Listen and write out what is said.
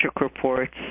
reports